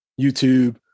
YouTube